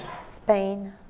Spain